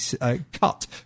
cut